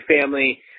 family